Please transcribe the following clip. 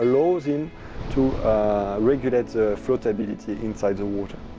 allows him to regulate floatability inside the water.